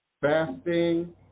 fasting